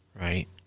Right